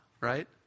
right